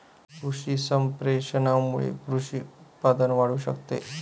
कृषी संप्रेषणामुळे कृषी उत्पादन वाढू शकते